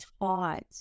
taught